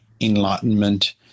enlightenment